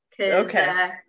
Okay